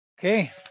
Okay